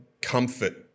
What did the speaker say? comfort